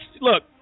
look